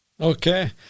okay